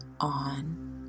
on